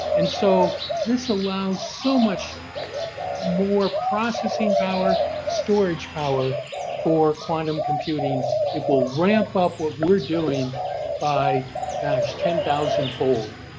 and, so this allows so much more processing power, storage power for quantum computing it will ramp up what we're doing by gosh ten thousandfold.